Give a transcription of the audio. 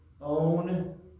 own